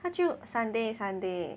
他就 Sunday Sunday